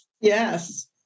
yes